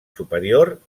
superior